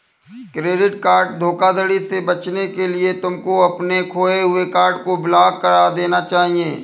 credit card धोखाधड़ी से बचने के लिए तुमको अपने खोए हुए कार्ड को ब्लॉक करा देना चाहिए